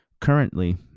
currently